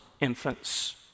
infants